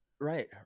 right